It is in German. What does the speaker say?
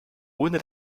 ohne